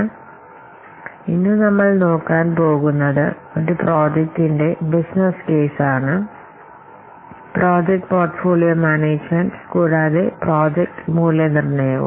അപ്പോൾ ഇന്നത്തെ ആശയം നമ്മൾ നോക്കാൻ പോകുന്നത് ഒരു പ്രോജക്ടിന്റെ ബിസിനസ്സ് കേസ് ആണ് പ്രോജക്ട് പോർട്ഫോളിയോ മാനേജ്മെന്റ് കൂടാതെ പ്രോജക്ട് മൂല്യനിർണയവും